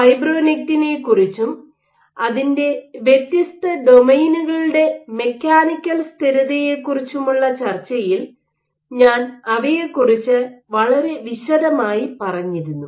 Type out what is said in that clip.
ഫൈബ്രോനെക്റ്റിനെക്കുറിച്ചും അതിന്റെ വ്യത്യസ്ത ഡൊമെയ്നുകളുടെ മെക്കാനിക്കൽ സ്ഥിരതയെക്കുറിച്ചുമുള്ള ചർച്ചയിൽ ഞാൻ അവയെക്കുറിച്ച് വളരെ വിശദമായി പറഞ്ഞിരുന്നു